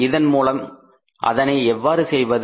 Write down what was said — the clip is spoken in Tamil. இதன் மூலம் அதனை எவ்வாறு செய்வது